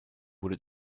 wurde